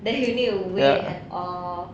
then you need to wait and or